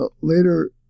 later